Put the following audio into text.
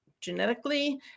genetically